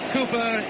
Cooper